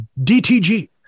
DTG